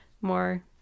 more